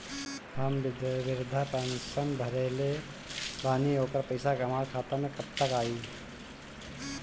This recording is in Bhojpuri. हम विर्धा पैंसैन भरले बानी ओकर पईसा हमार खाता मे कब तक आई?